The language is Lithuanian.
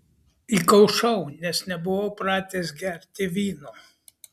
įkaušau nes nebuvau pratęs gerti vyno